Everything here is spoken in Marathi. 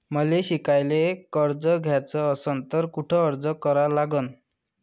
मले शिकायले कर्ज घ्याच असन तर कुठ अर्ज करा लागन?